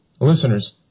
listeners